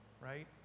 right